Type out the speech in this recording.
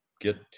get